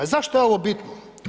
Zašto je ovo bitno?